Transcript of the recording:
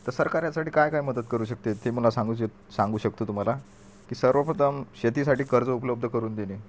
तर सरकार यासाठी काय काय मदत करू शकते ते मला सांगू श सांगू शकतो तुम्हाला की सर्वप्रथम शेतीसाठी कर्ज उपलब्ध करून देणे